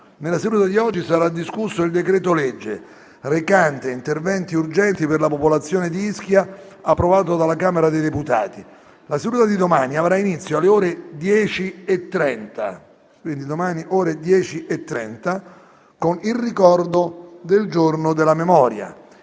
Nella seduta di oggi sarà discusso il decreto-legge recante interventi urgenti per la popolazione di Ischia, approvato dalla Camera dei deputati. La seduta di domani avrà inizio alle ore 10,30 con il ricordo del Giorno della memoria.